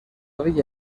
villa